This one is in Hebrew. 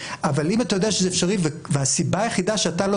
אבל אם אתה יודע שזה אפשרי והסיבה היחידה שאתה לא